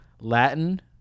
Latin